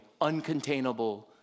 uncontainable